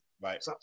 Right